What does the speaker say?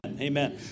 Amen